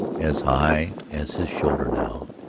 as high as his shoulder now,